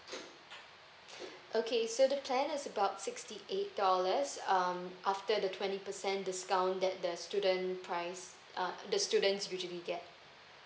okay so the plan is about sixty eight dollars um after the twenty percent discount that the student price uh the students usually get